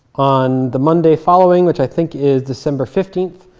on the monday following, which i think is december fifteenth,